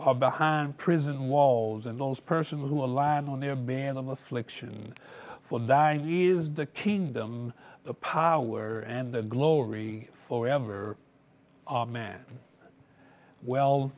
are behind prison walls and those person who are lying on their band of affliction for dying is the kingdom the power and the glory for ever of man well